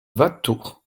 watteau